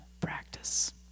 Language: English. practice